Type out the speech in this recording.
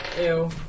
Ew